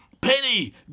Penny